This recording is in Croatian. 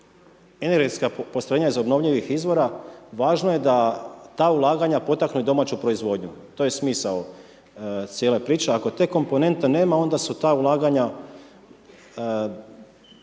energetska postrojenja za obnovljivih izvora, važno je da ta ulaganja potaknu i domaću proizvodnju, to je smisao cijele priče, ako te komponente nema onda su ta ulaganja